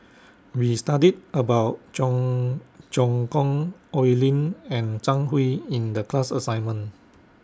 We studied about Cheong Choong Kong Oi Lin and Zhang Hui in The class assignment